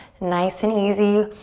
nice and easy.